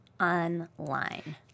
online